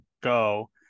go